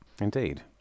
Indeed